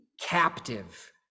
captive